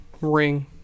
ring